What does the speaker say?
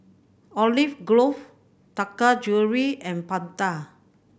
Olive Grove Taka Jewelry and Panta